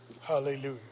Hallelujah